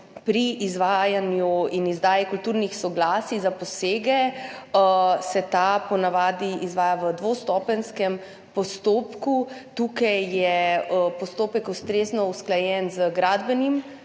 Pri izvajanju in izdaji kulturnih soglasij za posege se to po navadi izvaja v dvostopenjskem postopku. Tukaj je postopek ustrezno usklajen z Gradbenim